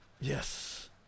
yes